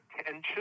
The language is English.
attention